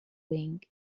wing